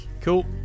Cool